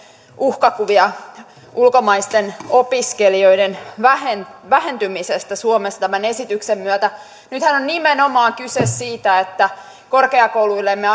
uhkakuvia ulkomaisten opiskelijoiden vähentymisestä suomessa tämän esityksen myötä nythän on nimenomaan kyse siitä että korkeakouluillemme